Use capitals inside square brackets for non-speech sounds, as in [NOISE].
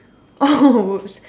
oh [LAUGHS] !whoops!